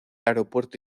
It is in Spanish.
aeropuerto